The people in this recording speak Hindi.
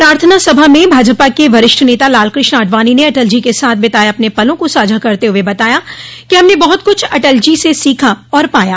प्रार्थना सभा में भाजपा के वरिष्ठ नेता लालकृष्ण आडवाणी ने अटल जी के साथ बिताये अपने पलों को साझा करते हुए बताया कि हमने बहुत कुछ अटल जी से सीखा और पाया